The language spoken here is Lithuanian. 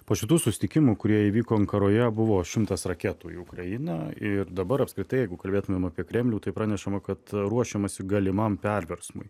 po šitų susitikimų kurie įvyko ankaroje buvo šimtas raketų į ukrainą ir dabar apskritai jeigu kalbėtumėm apie kremlių tai pranešama kad ruošiamasi galimam perversmui